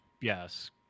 yes